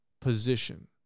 position